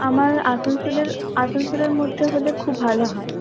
আমার আসানসোলের আসানসোলের মধ্যে হলে খুব ভালো হয়